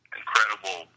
incredible